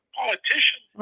politician